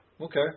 okay